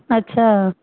अच्छा